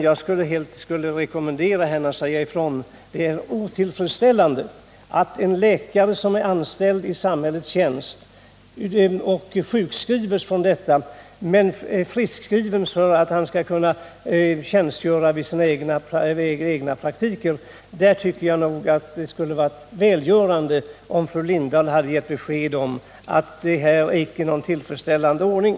Jag skulle vilja rekommendera henne att säga ifrån: Det är otillfredsställande att en läkare som är anställd i samhällets tjänst och sjukskrivs från denna tjänst ändå är friskskriven för att han skall kunna tjänstgöra i den egna praktiken. Där tycker jag att det skulle ha varit välgörande, om fru Lindahl givit besked om att det här icke är någon tillfredsställande ordning.